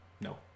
No